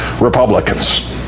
Republicans